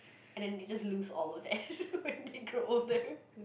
and then they just lose all of that when they grow older